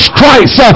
Christ